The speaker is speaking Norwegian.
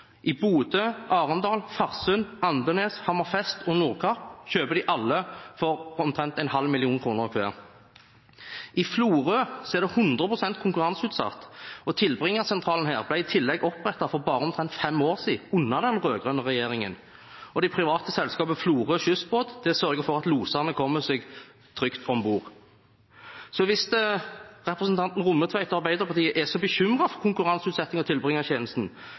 I Bodø, Arendal, Farsund, Andenes, Hammerfest og Nordkapp kjøper de alle for omtrent en halv million kroner hver. I Florø er det 100 pst. konkurranseutsatt. Tilbringersentralen her ble i tillegg opprettet for bare omtrent fem år siden, under den rød-grønne regjeringen, og det private selskapet Florø Skyssbåt sørger for at losene kommer seg trygt om bord. Så hvis representanten Rommetveit og Arbeiderpartiet er så bekymret for konkurranseutsetting av